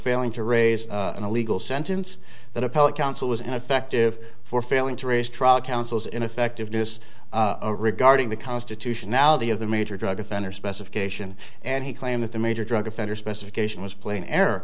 failing to raise an illegal sentence that appellate counsel was ineffective for failing to raise trial counsel's ineffectiveness regarding the constitutionality of the major drug offender specification and he claimed that the major drug offender specification was plain